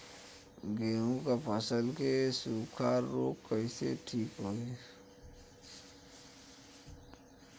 गेहूँक फसल क सूखा ऱोग कईसे ठीक होई?